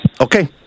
Okay